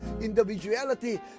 individuality